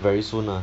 very soon ah